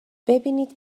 ببینید